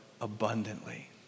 abundantly